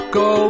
go